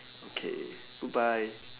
okay goodbye